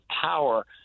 power